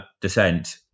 descent